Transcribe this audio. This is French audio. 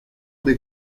des